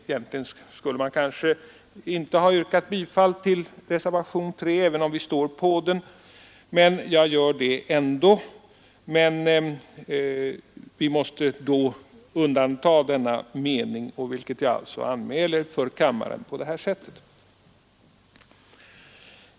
Egentligen skulle jag kanske inte ha yrkat bifall till reservationen 3 trots att vi står med på den, men jag gör det ändå. Vi måste emellertid då undanta denna mening, vilket jag alltså anmäler för kammaren på detta sätt.